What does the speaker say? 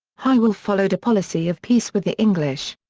hywel followed a policy of peace with the english.